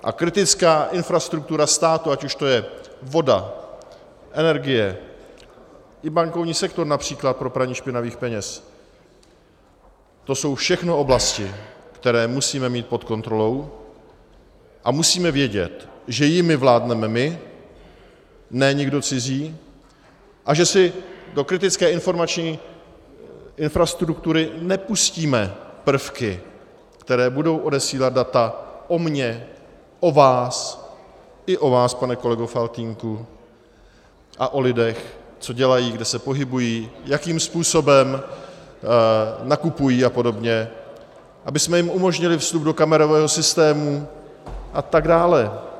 A kritická infrastruktura státu, ať už to je voda, energie, i bankovní sektor například pro praní špinavých peněz, to jsou všechno oblasti, které musíme mít pod kontrolou, a musíme vědět, že jimi vládneme my, ne nikdo cizí a že si do kritické informační infrastruktury nepustíme prvky, které budou odesílat data o mně, o vás, i o vás, pane kolego Faltýnku, a o lidech, co dělají, kde se pohybují, jakým způsobem nakupují apod., abychom jim umožnili vstup do kamerového systému atd.